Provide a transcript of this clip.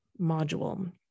module